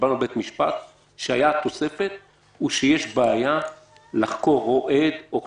כשבאנו לבית המשפט כשהייתה תוספת הוא שיש בעיה לחקור עד או חשוד.